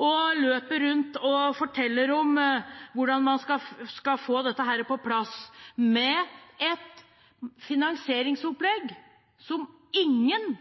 og løper rundt og forteller hvordan man skal få dette på plass med et finansieringsopplegg som ingen